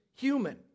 human